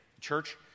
Church